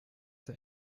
der